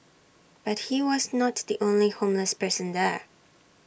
but he was not the only homeless person there